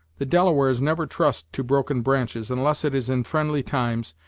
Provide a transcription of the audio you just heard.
the delawares never trust to broken branches, unless it is in friendly times,